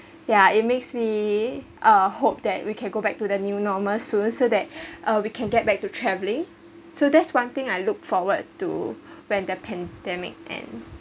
yeah it makes me uh hope that we can go back to the new normal soon so that uh we can get back to traveling so that's one thing I look forward to when the pandemic ends